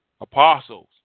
Apostles